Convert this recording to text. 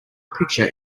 picture